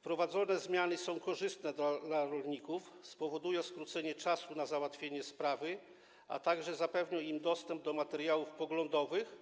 Wprowadzone zmiany są korzystne dla rolników, spowodują skrócenie czasu na załatwienie sprawy, a także zapewnią im dostęp do materiałów poglądowych